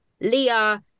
Leah